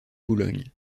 boulogne